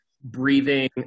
breathing